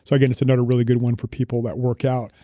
so again, it's another really good one for people that work out.